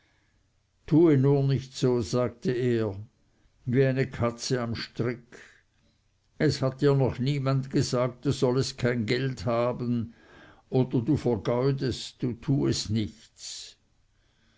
tue nur nicht so sagte er wie eine katze am strick es hat dir noch niemand gesagt du sollest kein geld haben oder du vergeudest du tuest nichts